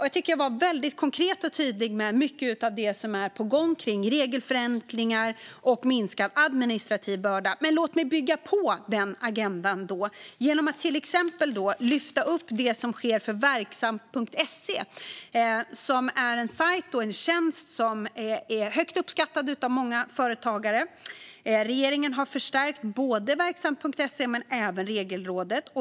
Jag tycker att jag var väldigt konkret och tydlig med mycket av det som är på gång kring regelförenklingar och minskad administrativ börda, men låt mig bygga på den agendan genom att till exempel lyfta fram det som sker med Verksamt.se. Det är en sajt och en tjänst som är högt uppskattad av många företagare. Regeringen har förstärkt både Verksamt.se och Regelrådet.